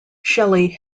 shelly